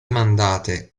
mandate